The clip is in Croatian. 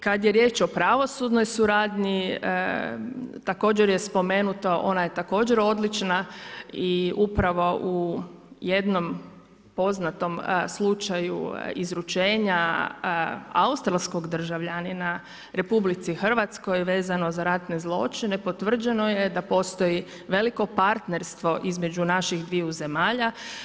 Kada je riječ o pravosudnoj suradnji, također je spomenuto, ona je također odlična i upravo u jednom poznatom slučaju izručenja australskog državljanina RH vezano za ratne zločine potvrđeno je da postoji veliko partnerstvo između naših dviju zemalja.